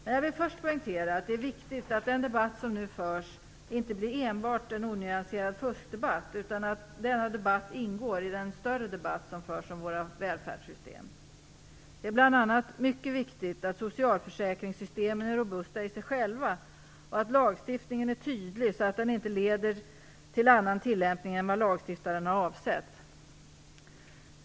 Men jag vill först poängtera att det är viktigt att den debatt som nu förs inte blir enbart en onyanserad fuskdebatt, utan att denna debatt ingår i den större debatt som förs om våra välfärdssystem. Det är bl.a. mycket viktigt att socialförsäkringssystemen är robusta i sig själva och att lagstiftningen är tydlig så att den inte leder till annan tillämpning än vad lagstiftaren har avsett.